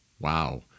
Wow